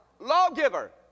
lawgiver